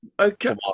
Okay